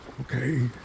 Okay